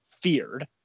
feared